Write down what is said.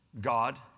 God